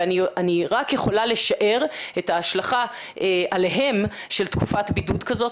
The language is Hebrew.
ואני רק יכולה לשער את ההשלכה עליהם של תקופת בידוד כזאת,